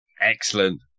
Excellent